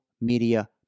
media